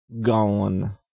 Gone